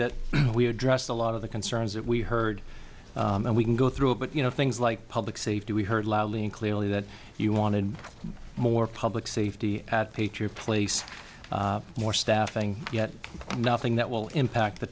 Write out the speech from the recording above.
that we address a lot of the concerns that we heard and we can go through but you know things like public safety we heard loudly and clearly that you wanted more public safety at patriot place more staffing yet nothing that will impact the